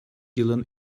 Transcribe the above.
yılın